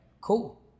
cool